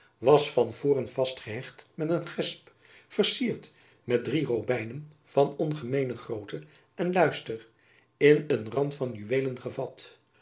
was van voren vastgehecht met een gesp vercierd met drie robijnen van ongemeene grootte en luister in een rand van juweelen gevat